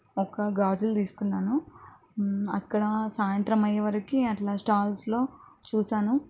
ఒక్క గాజులు తీసుకున్నాను అక్కడ సాయంత్రం అయ్యే వరకి అట్లా స్టాల్స్లో చూసాను